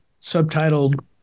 subtitled